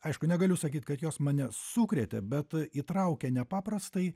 aišku negaliu sakyt kad jos mane sukrėtė bet įtraukė nepaprastai